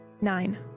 Nine